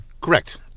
Correct